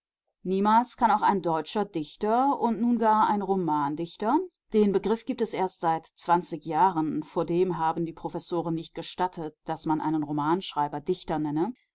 niemals kann auch ein deutscher dichter und nun gar ein romandichter den begriff gibt es erst seit zwanzig jahren vordem haben die professoren nicht gestattet daß man einen romanschreiber dichter nenne